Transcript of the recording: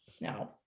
No